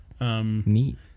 Neat